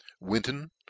Winton